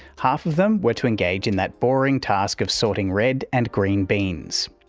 half of them were to engage in that boring task of sorting red and green beans.